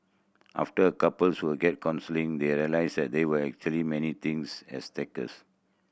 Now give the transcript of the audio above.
after couples will get counselling they realise that there were actually many things